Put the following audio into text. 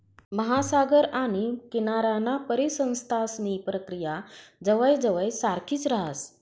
महासागर आणि किनाराना परिसंस्थांसनी प्रक्रिया जवयजवय सारखीच राहस